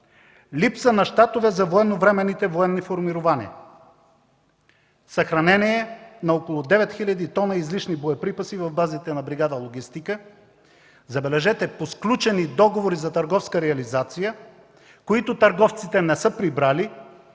Липса на щатове за военновременните военни формирования, съхранение на около 9 хил. тона излишни боеприпаси в базите на бригада „Логистика”, забележете, по сключени договори за търговска реализация, които търговците не са прибрали,